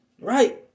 Right